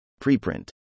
Preprint